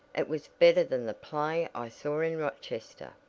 it was better than the play i saw in rochester,